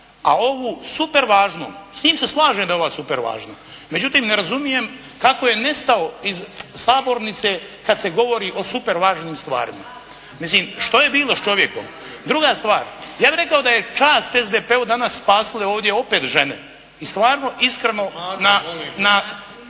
a ovu supervažnom. S njim se slažem da je ova supervažna. Međutim ne razumijem kako je nestao iz sabornice kad se govori o supervažnim stvarima. Mislim, što je bilo s čovjekom? Druga stvar, ja bih rekao da je čast SDP-u danas spasile ovdje opet žene. I stvarno iskreno na